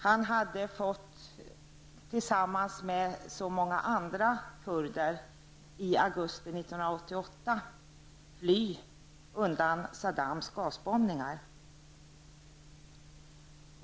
Han hade tillsammans med så många andra kurder i augusti 1988 måst fly undan Saddam Husseins gasbombningar.